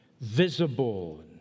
visible